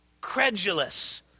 credulous